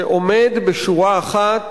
שעומד בשורה אחת